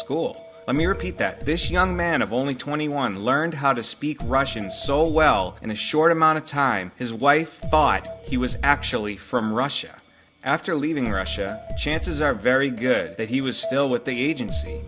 repeat that this young man of only twenty one learned how to speak russian so well in a short amount of time his wife died he was actually from russia after leaving russia chances are very good that he was still with the agency